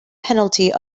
penalty